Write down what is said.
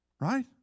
right